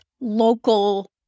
local